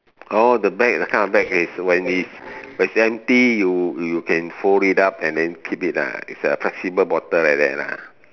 oh the bag that kind of bag is when it's when it's empty you you can fold it up and then keep it ah is a flexible bottle like that lah